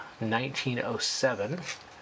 1907